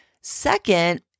Second